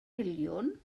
miliwn